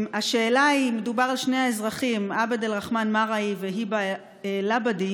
השאלה היא: מדובר על שני האזרחים עבד א-רחמן מרעי והיבא א-לבדי,